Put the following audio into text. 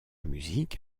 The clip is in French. musique